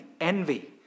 envy